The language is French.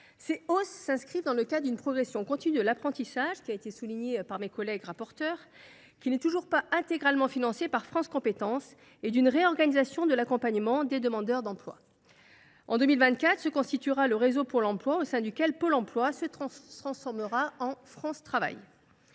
Ces hausses s’inscrivent dans le cadre d’une progression continue de l’apprentissage, qui a été soulignée par mes collègues rapporteurs et qui n’est toujours pas intégralement financée par France Compétences. Elles résultent également de la réorganisation de l’accompagnement des demandeurs d’emploi. En 2024 se constituera en effet le réseau pour l’emploi, au sein duquel Pôle emploi se transformera en France Travail.